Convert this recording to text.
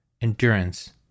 Endurance